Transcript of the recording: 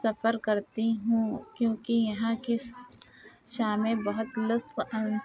سفر کرتی ہوں کیونکہ یہاں کے شامیں بہت لطف